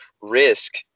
risk